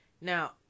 Now